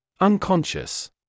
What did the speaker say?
unconscious